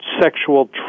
sexual